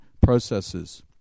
processes